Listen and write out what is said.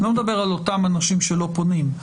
אני לא מדבר על אותם אנשים שלא פונים,